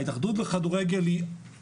ההתאחדות לכדורגל היא